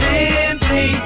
Simply